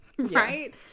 right